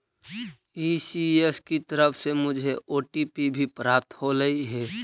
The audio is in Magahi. ई.सी.एस की तरफ से मुझे ओ.टी.पी भी प्राप्त होलई हे